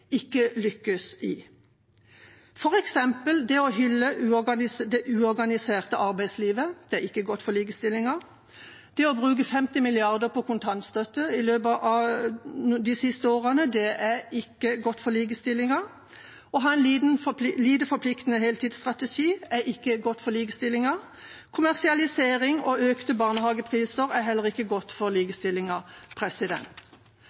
ikke lykkes med. For eksempel: Det å hylle det uorganiserte arbeidslivet er ikke godt for likestillingen. Det å bruke 50 mrd. kr på kontantstøtte i løpet av de siste årene er ikke godt for likestillingen. Å ha en lite forpliktende heltidsstrategi er ikke godt for likestillingen. Kommersialisering og økte barnehagepriser er heller ikke godt for